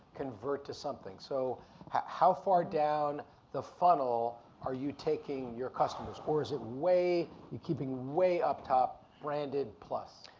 convert to something. so how how far down the funnel are you taking your customers? or is it way, you're keeping them way up top, branded plus?